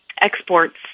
exports